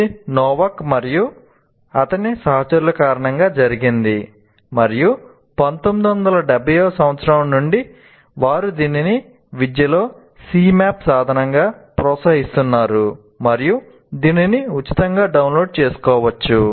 ఇది నోవాక్ మరియు అతని సహచరుల కారణంగా జరిగింది మరియు 1970 ల నుండి వారు దీనిని విద్యలో Cmap సాధనంగా ప్రోత్సహిస్తున్నారు మరియు దీనిని ఉచితంగా డౌన్లోడ్ చేసుకోవచ్చు